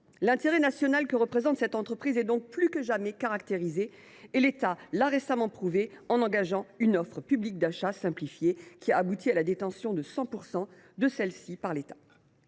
L’intérêt national que représente cette entreprise est donc plus que jamais caractérisé. L’État l’a récemment confirmé en engageant une offre publique d’achat simplifiée, qui a abouti à la détention de 100 % du capital d’EDF par l’État.